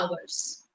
hours